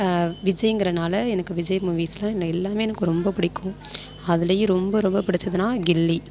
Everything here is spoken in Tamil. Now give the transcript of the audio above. விஜய்ங்கிறனால எனக்கு விஜய் மூவீஸில்ந எல்லாமே எனக்கு ரொம்ப பிடிக்கும் அதுலேயும் ரொம்ப ரொம்ப பிடிச்சதுனா கில்லி